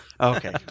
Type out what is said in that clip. Okay